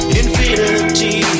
infinity